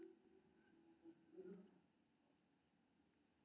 पावरोटी, पाश्ता, दलिया बनबै मे सूजी के उपयोग कैल जाइ छै